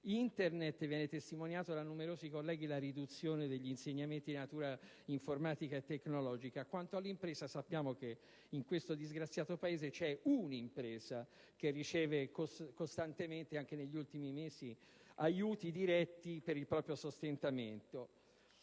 Internet, viene testimoniata da numerosi colleghi la riduzione degli insegnamenti di natura informatica e tecnologica; quanto all'impresa, sappiamo che in questo disgraziato Paese c'è solo un'impresa che riceve costantemente, anche negli ultimi mesi, aiuti diretti per il proprio sostentamento.